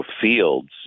fields